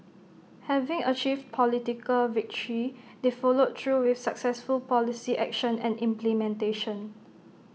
having achieved political victory they followed through with successful policy action and implementation